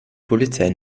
polizei